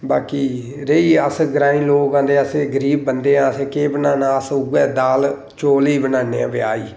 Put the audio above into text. बाकी रेही गे अस ग्राईं लोक हां ते ते अस गरीब बंदे आं असें केह् बनाना अस उ'ऐ दाल चौल गै बनान्ने आं ब्याह च